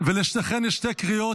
חברת הכנסת מיכל מרים וולדיגר,